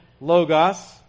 Logos